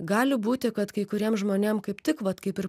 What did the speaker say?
gali būti kad kai kuriem žmonėm kaip tik vat kaip ir